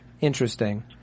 interesting